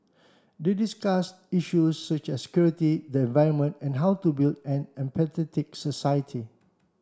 they discussed issues such as security the environment and how to build an empathetic society